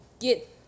get